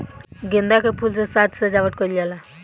गेंदा के फूल से साज सज्जावट कईल जाला